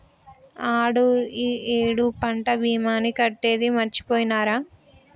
ఆడు ఈ ఏడు పంట భీమాని కట్టేది మరిచిపోయినారా